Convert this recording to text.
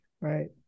right